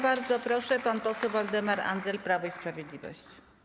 Bardzo proszę, pan poseł Waldemar Andzel, Prawo i Sprawiedliwość.